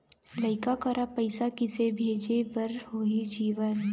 लइका करा पैसा किसे भेजे बार होही जीवन